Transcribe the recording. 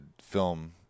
film